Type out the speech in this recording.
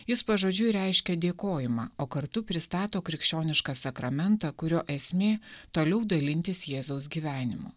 jis pažodžiui reiškia dėkojimą o kartu pristato krikščionišką sakramentą kurio esmė toliau dalintis jėzaus gyvenimu